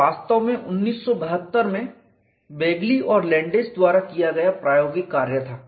यह वास्तव में 1972 में बेगली एंड लैंडेस द्वारा किया गया प्रायोगिक कार्य था